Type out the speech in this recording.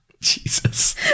Jesus